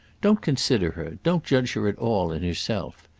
don't consider her, don't judge her at all in herself.